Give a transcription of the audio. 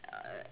uh